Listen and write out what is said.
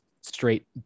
straight